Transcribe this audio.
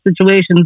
situations